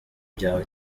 byawe